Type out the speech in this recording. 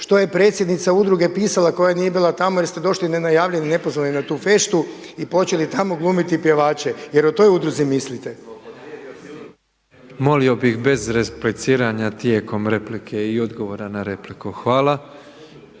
što je predsjednica udruge pisala koja nije bila tamo jer ste došli nenajavljeni, nepozvani na tu feštu i počeli tamo glumiti pjevače. Jel' o toj udruzi mislite? **Petrov, Božo (MOST)** Molio bih bez repliciranja tijekom replike i odgovora na repliku. Hvala.